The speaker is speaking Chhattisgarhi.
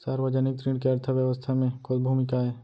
सार्वजनिक ऋण के अर्थव्यवस्था में कोस भूमिका आय?